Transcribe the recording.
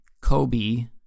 Kobe